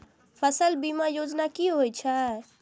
फसल बीमा योजना कि होए छै?